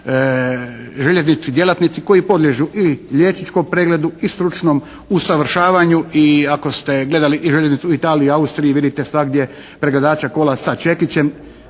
su jednostavno djelatnici koji podliježu i liječničkom pregledu i stručnom usavršavanju i ako ste gledali i željeznicu u Italiji i u Austriji vidite svagdje pregledača kola sa čekićem.